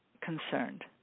concerned